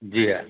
जी हाँ